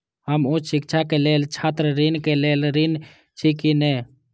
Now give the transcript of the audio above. हम उच्च शिक्षा के लेल छात्र ऋण के लेल ऋण छी की ने?